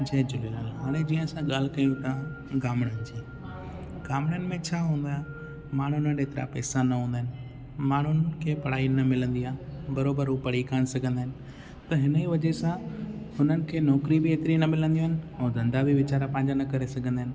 जय झूलेलाल हाणे जीअं असां ॻाल्हि कयूं था गामिणनि जी गामिणनि में छा हूंदो माण्हुनि वटि एतिरा पैसा न हूंदा आहिनि माण्हुनि खे पढ़ाई न मिलंदी आहे बरोबर हू पढ़ी कान सघंदा आहिनि त हिन ई वजह सां हुननि खे नौकिरी बि हेतिरी न मिलंदियूं आहिनि ऐं धंधा बि वेचारा पंहिंजा न करे सघंदा आहिनि